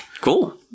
Cool